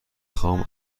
خوام